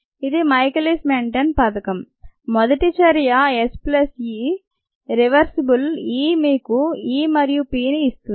ఇది Michaelis Menten పథకం మొదటి చర్య S plus E reversibly E మీకు E మరియు P ని ఇస్తుంది